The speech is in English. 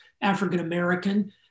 African-American